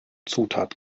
zutat